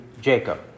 Jacob